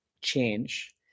change